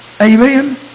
Amen